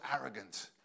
arrogant